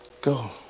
go